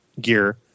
gear